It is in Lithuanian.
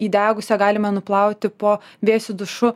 įdegusią galime nuplauti po vėsiu dušu